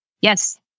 yes